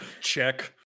check